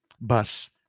bus